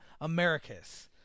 Americus